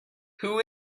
who